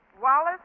Wallace